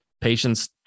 Patients